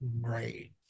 Right